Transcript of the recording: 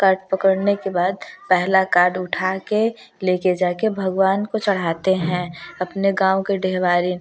card पकड़ने के बाद पहला कार्ड उठा के लेके जाके भगवान को चढ़ाते हैं अपने गाँव के डेहबारिन